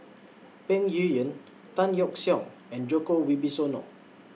Peng Yuyun Tan Yeok Seong and Djoko Wibisono